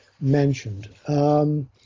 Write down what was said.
mentioned